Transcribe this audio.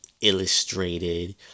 illustrated